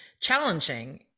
challenging